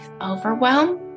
overwhelm